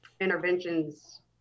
interventions